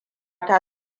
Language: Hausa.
ta